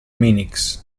minix